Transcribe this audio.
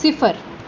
सिफर